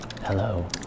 Hello